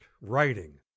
writing